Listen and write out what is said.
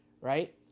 right